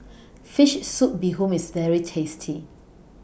Fish Soup Bee Hoon IS very tasty